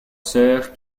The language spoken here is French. sœurs